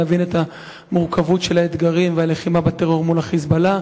כדי להבין את המורכבות של האתגרים והלחימה בטרור מול ה"חיזבאללה".